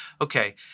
okay